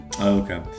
okay